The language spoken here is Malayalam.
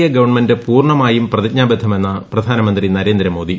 എ ഗവൺമെന്റ് പൂർണ്ണമായും പ്രതിജ്ഞാബദ്ധമെന്ന് പ്രധാനമന്ത്രി നരേന്ദ്രമോദി